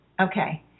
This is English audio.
okay